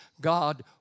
God